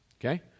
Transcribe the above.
Okay